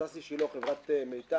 ששי שילה, חברת "מיתר".